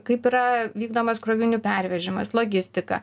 kaip yra vykdomas krovinių pervežimas logistika